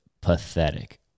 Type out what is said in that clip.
pathetic